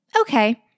okay